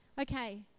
Okay